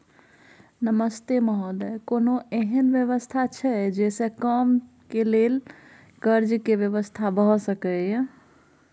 नमस्ते महोदय, कोनो एहन व्यवस्था छै जे से कम के लेल कर्ज के व्यवस्था भ सके ये?